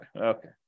Okay